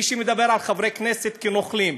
מי שמדבר על חברי כנסת כנוכלים,